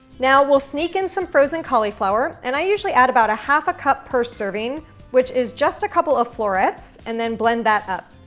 now, we'll sneak in some frozen cauliflower and i usually add about a half a cup per serving which is just a couple of florets and then blend that up.